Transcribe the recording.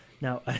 Now